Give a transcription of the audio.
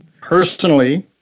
personally